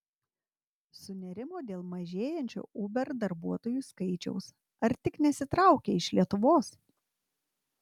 sunerimo dėl mažėjančio uber darbuotojų skaičiaus ar tik nesitraukia iš lietuvos